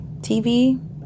TV